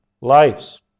lives